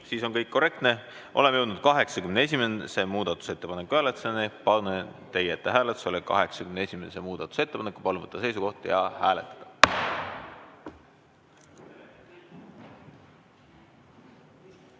siis on kõik korrektne. Oleme jõudnud 81. muudatusettepaneku hääletuseni, panen teie ette hääletusele 81. muudatusettepaneku. Palun võtta seisukoht ja hääletada!